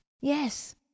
Yes